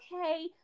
okay